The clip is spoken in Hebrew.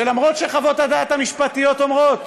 כי למרות שחוות הדעת המשפטיות אומרות